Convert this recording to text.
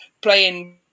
playing